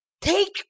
Take